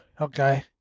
okay